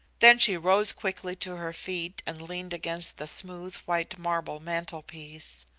then she rose quickly to her feet and leaned against the smooth white marble mantelpiece,